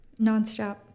nonstop